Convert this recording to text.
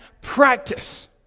practice